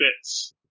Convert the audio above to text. bits